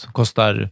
kostar